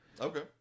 Okay